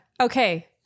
Okay